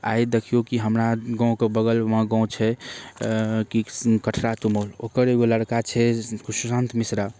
आइ देखिऔ कि हमरा गामके बगलमे गाम छै कि कठरा तुमौल ओकर एगो लड़का छै सुशान्त मिश्रा